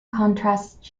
contrasts